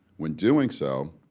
when doing so,